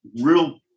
real